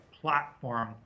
platform